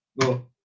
go